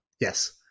Yes